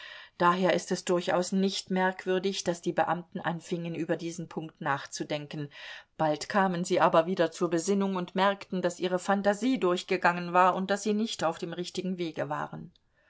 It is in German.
daher ist es durchaus nicht merkwürdig daß die beamten anfingen über diesen punkt nachzudenken bald kamen sie aber wieder zur besinnung und merkten daß ihre phantasie durchgegangen war und daß sie nicht auf dem richtigen wege waren